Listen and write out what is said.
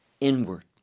inward